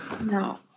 No